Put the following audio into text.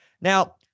Now